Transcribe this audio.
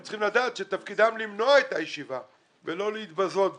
הם צריכים לדעת שתפקידם למנוע את הישיבה ולא להתבזות בה.